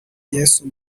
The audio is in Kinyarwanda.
yesu